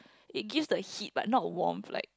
it gives the heat but not warmth like